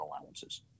allowances